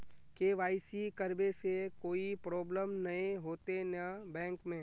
KYC करबे से कोई प्रॉब्लम नय होते न बैंक में?